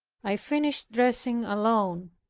i finished dressing alone.